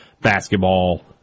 basketball